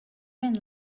and